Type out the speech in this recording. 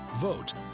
Vote